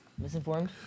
misinformed